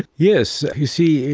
yes, you see,